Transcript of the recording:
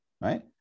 right